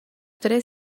tres